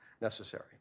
necessary